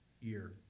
year